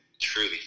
truly